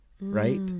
right